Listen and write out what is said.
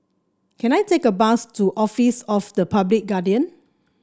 can I take a bus to Office of the Public Guardian